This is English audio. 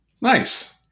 nice